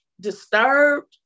disturbed